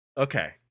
Okay